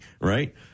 Right